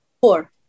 Four